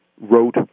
wrote